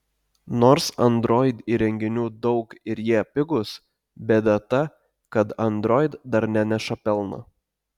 nors android įrenginių daug ir jie pigūs bėda ta kad android dar neneša pelno